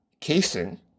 casing